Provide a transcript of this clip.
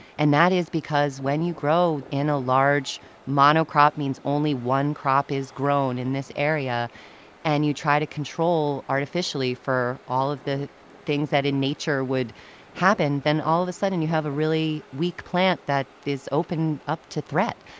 and that is because when you grow in a large monocrop it means only one crop is grown in this area and you try to control artificially for all of the things that in nature would happen, all of a sudden you have a really weak plant that is opened up to threat.